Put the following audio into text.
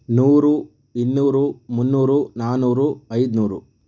ನೂರು ಇನ್ನೂರು ಮುನ್ನೂರು ನಾನೂರು ಐನೂರು